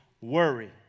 worry